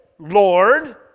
Lord